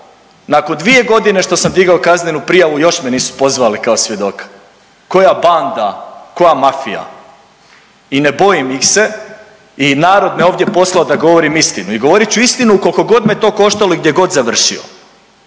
Nakon 2 godine što sam digao kaznenu prijavu, još me nisu pozvali kao svjedoka. Koja banda, koja mafija. I ne bojim ih se i narod me ovdje poslao da govorim istinu i govorit ću istinu koliko god me to koštalo i gdje god završio,